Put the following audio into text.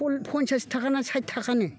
पन्सास थाखा ना सायथ थाखानो